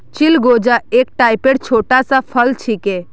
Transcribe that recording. चिलगोजा एक टाइपेर छोटा सा फल छिके